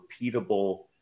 repeatable